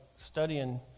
studying